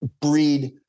breed